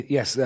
Yes